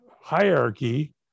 hierarchy